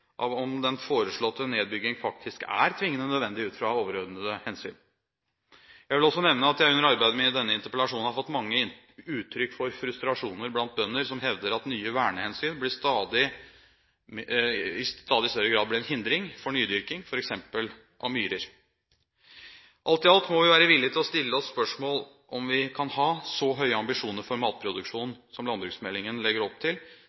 av om den foreslåtte nedbygging faktisk er tvingende nødvendig ut fra overordnede hensyn. Jeg vil også nevne at jeg under arbeidet med denne interpellasjonen har fått mange uttrykk for frustrasjoner blant bønder som hevder at nye vernehensyn i stadig større grad blir en hindring for nydyrking, f.eks. av myrer. Alt i alt må vi være villige til å stille oss spørsmål om vi kan ha så høye ambisjoner for matproduksjonen som landbruksmeldingen legger opp til,